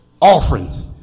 offerings